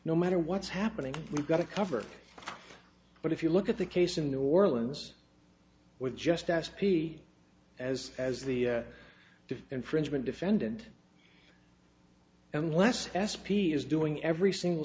no matter what's happening we've got to cover but if you look at the case in new orleans with just as p as as the the infringement defendant unless s p is doing every single